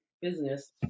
business